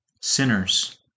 sinners